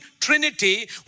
trinity